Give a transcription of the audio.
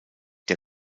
der